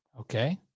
Okay